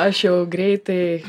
aš jau greitai